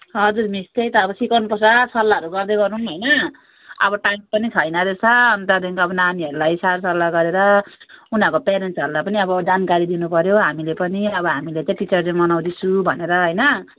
हजुर मिस त्यही त अब सिकाउनु पर्छ सल्लाहहरू गर्दै गरौँ होइना अब टाइम पनि छैन रहेछ अन्त त्यहाँदेखिको अब नानीहरूलाई सरसल्लाह गरेर उनीहरूको प्यारेन्ट्सहरूलाई पनि अब जानकारी दिनुपऱ्यो हामीले पनि अब हामीले चाहिँ टिचर डे मनाउँदैछु भनेर होइन